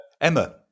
Emma